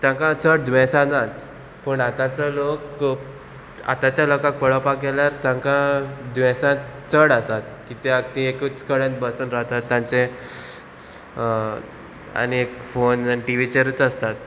तांकां चड दुयेंसां नात पूण आतांचो लोक आतांच्या लोकांक पळोवपाक गेल्यार तांकां दुयेंसांत चड आसात कित्याक ती एकूच कडेन बसून रावतात तांचे आनी एक फोन आनी टिवीचेरच आसतात